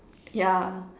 yeah